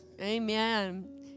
Amen